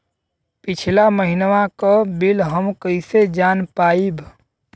पिछला महिनवा क बिल हम कईसे जान पाइब?